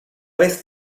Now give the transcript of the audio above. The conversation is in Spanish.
vez